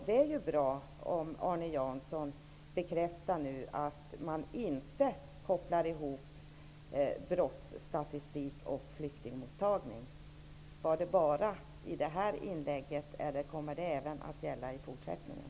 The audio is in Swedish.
Det är bra om Arne Jansson nu bekräftar att han inte kopplar ihop brottsstatistik med flyktingmottagning. Gäller denna bekräftelse bara i det här inlägget, eller kommer den även att gälla i fortsättningen?